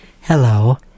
hello